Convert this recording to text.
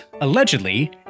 allegedly